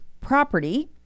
property